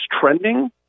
trending